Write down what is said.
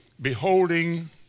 beholding